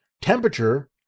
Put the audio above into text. temperature